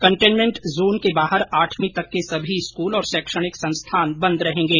containment zone के बाहर आठवी तक के सभी स्कूल और शैक्षणिक संस्थान बंद रहेगे